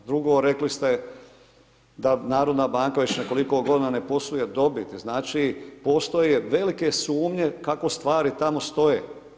Drugo, rekli ste da narodna banka već nekoliko godina ne posluje dobit, znači postoje velike sumnje kako tamo stvari stoje.